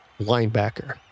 linebacker